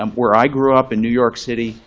um where i grew up, in new york city,